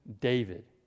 David